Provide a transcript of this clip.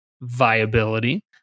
viability